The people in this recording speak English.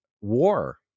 war